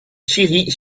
scierie